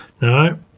No